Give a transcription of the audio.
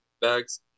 bags